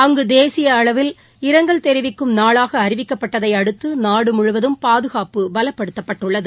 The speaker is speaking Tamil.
அங்கு தேசிய அளவில் இன்று இரங்கல் தெரிவிக்கும் நாளாக அறிவிக்கப்பட்டதை அடுத்து நாடு முழுவதும் பாதுகாப்பு பலப்படுத்தப்பட்டுள்ளது